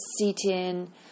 sitting